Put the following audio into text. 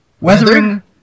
Weathering